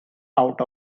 out